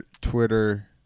Twitter